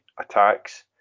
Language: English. attacks